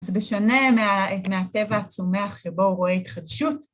אז בשונה מהטבע הצומח שבו הוא רואה התחדשות.